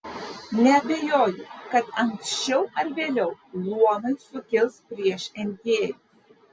neabejoju kad anksčiau ar vėliau luomai sukils prieš engėjus